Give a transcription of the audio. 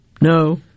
No